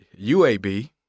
UAB